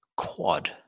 quad